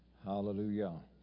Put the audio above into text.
Hallelujah